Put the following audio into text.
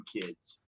kids